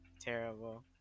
terrible